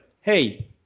hey